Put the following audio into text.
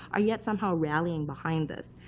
are yet somehow rallying behind this.